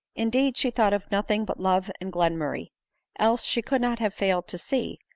indeed she thought of nothing but love and glenmurray else, she could not have failed to see,